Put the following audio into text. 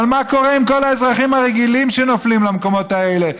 אבל מה קורה עם כל האזרחים הרגילים שנופלים למקומות האלה?